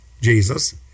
Jesus